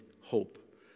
hope